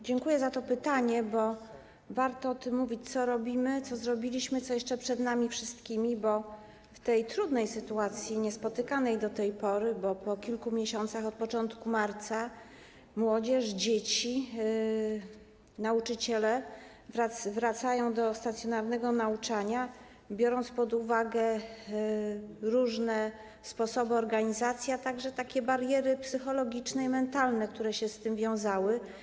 Dziękuję za to pytanie, bo warto mówić o tym, co robimy, co zrobiliśmy, co jeszcze przed nami wszystkimi w tej trudnej sytuacji, niespotykanej do tej pory, bo po kilku miesiącach od początku marca młodzież, dzieci, nauczyciele wracają do stacjonarnego nauczania, biorąc pod uwagę różne sposoby organizacji, a także bariery psychologiczne i mentalne, które się z tym wiązały.